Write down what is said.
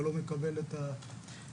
אתה לא מקבל את ה- -- חברים,